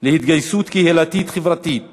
להתגייסות קהילתית-חברתית